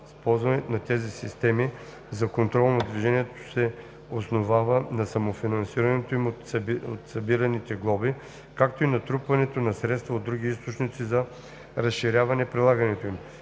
Използването на тези системи за контрол на движението се основава на самофинансирането им от събираните глоби, както и натрупването на средства от други източници за разширяване прилагането им.